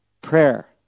prayer